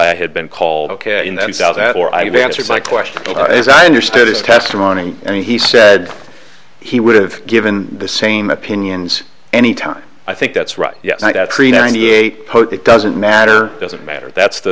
i had been called ok in the south or i have answered my question is i understood his testimony and he said he would have given the same opinions any time i think that's right yes not at ninety eight it doesn't matter doesn't matter that's the